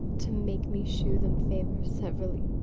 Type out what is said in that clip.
to make me shew them favour severally,